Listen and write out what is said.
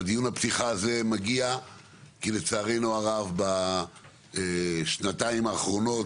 דיון הפתיחה הזה מגיע כי לצערנו הרב בשנתיים האחרונות,